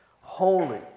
holy